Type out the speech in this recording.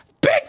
big